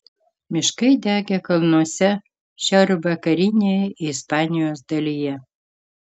miškai degė kalnuose šiaurvakarinėje ispanijos dalyje